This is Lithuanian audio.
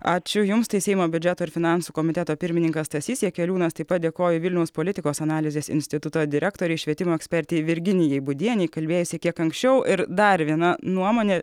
ačiū jums tai seimo biudžeto ir finansų komiteto pirmininkas stasys jakeliūnas taip pat dėkoju vilniaus politikos analizės instituto direktorei švietimo ekspertei virginijai būdienei kalbėjusiai kiek anksčiau ir dar viena nuomonė